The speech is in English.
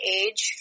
age